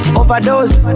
overdose